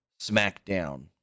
Smackdown